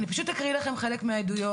אני פשוט אקריא לכם חלק מהעדויות,